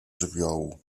żywiołu